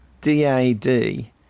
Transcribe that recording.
D-A-D